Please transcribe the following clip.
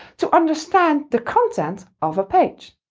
to understand the content of a page.